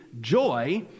joy